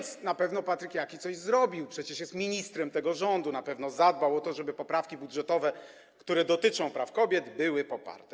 Cóż, na pewno Patryk Jaki coś zrobił, przecież jest ministrem tego rządu, na pewno zadbał o to, żeby poprawki budżetowe, które dotyczą praw kobiet, były poparte.